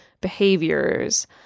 behaviors